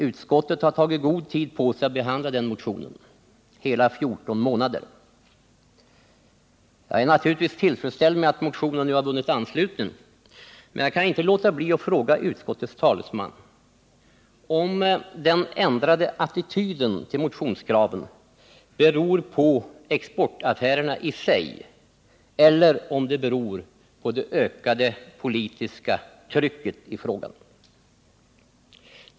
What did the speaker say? Utskottet har tagit god tid på sig att behandla den motionen, hela 14 månader. Jag är naturligtvis tillfredsställd med att motionen nu har vunnit anslutning, men jag kan inte låta bli att fråga utskottets talesman om den ändrade attityden till motionskraven beror på exportaffärerna i sig eller om den beror på det ökade politiska trycket i frågan.